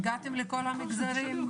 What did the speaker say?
הגעתם לכל המגזרים?